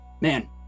man